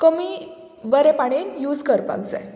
कमी बरे पाणेन यूज करपाक जाय